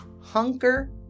hunker